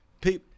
people